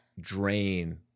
drain